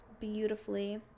beautifully